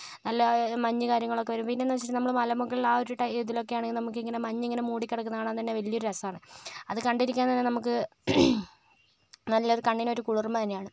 നല്ല മഞ്ഞ് മഞ്ഞ് കാര്യങ്ങളൊക്കെ വരുമ്പോൾ പിന്നെയെന്ന് വെച്ചിട്ടുണ്ടെങ്കിൽ മലമുകളിൽ ആ ഒരു ടൈം ഇതിലൊക്കെയാണെങ്കിൽ നമുക്കിങ്ങനെ മഞ്ഞിങ്ങനെ മൂടി കാണാൻതന്നെ വലിയ ഒരു രസമാണ് അത് കണ്ടിരിക്കാൻ തന്നെ നമുക്ക് നല്ല ഒരു കണ്ണിനോരു കുളിർമ തന്നെയാണ്